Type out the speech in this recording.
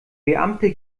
beamte